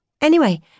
Anyway